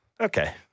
Okay